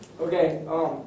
Okay